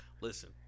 Listen